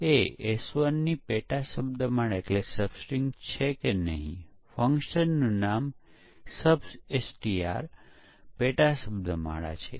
એક જવાબ એ છે કે એક કે બે દિવસમાં જો ભૂલો ન મળે તો તેનો મતલબ ભૂલોની સંખ્યામાં ઘટાડો થયો છે